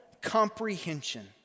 comprehension